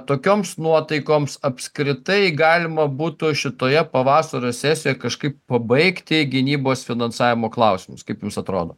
tokioms nuotaikoms apskritai galima būtų šitoje pavasario sesijoj kažkaip pabaigti gynybos finansavimo klausimus kaip jums atrodo